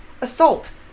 assault